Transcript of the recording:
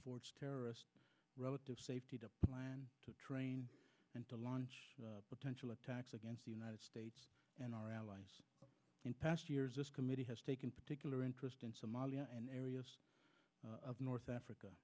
s terrorists relative safety to plan to train and to launch potential attacks against the united states and our allies in past years this committee has taken particular interest in somalia and areas of north africa